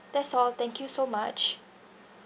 that's all thank you so much